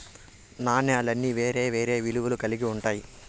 నాణాలన్నీ వేరే వేరే విలువలు కల్గి ఉంటాయి